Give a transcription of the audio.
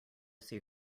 see